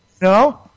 No